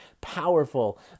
powerful